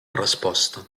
resposta